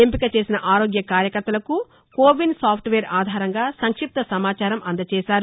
ఎంపిక చేసిన ఆరోగ్య కార్యకర్తలకు కొవిన్ సాఫ్ట్వేర్ ఆధారంగా సంక్షిప్త సమాచారం అందజేశారు